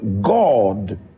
God